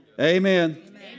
Amen